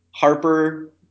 Harper